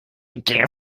der